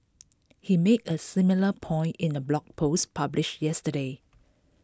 he made A similar point in A blog post published yesterday